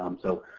um so,